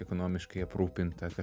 ekonomiškai aprūpinta kaž